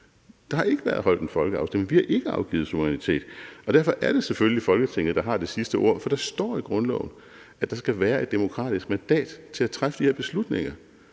Der har ikke været holdt en folkeafstemning; vi har ikke afgivet suverænitet. Og derfor er det selvfølgelig Folketinget, der har det sidste ord, for der står i grundloven, at der skal være et demokratisk mandat til at træffe de her beslutninger.